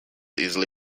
easily